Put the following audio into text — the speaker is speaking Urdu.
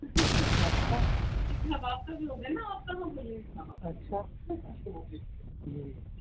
اچھا اب آپ کا بھی ہو گا نا آپ اچھا